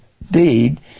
indeed